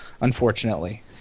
unfortunately